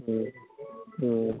अ अ